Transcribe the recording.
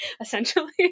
essentially